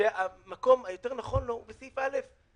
שהמקום היותר נכון לו בסעיף (א).